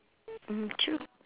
mm true